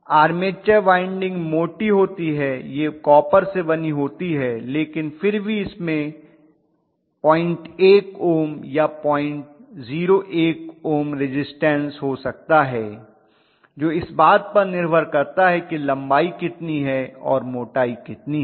armature winding मोटी होती है यह कॉपर से बनी होती है लेकिन फिर भी इसमें 01 ओम या 001 ओम रिज़िस्टन्स हो सकता है जो इस बात पर निर्भर करता है कि लंबाई कितनी है और मोटाई कितनी है